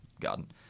garden